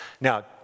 Now